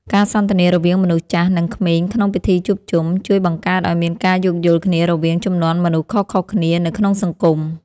ការសន្ទនារវាងមនុស្សចាស់និងក្មេងក្នុងពិធីជួបជុំ ជួយបង្កើតឱ្យមានការយោគយល់គ្នារវាងជំនាន់មនុស្សខុសៗគ្នានៅក្នុងសង្គម។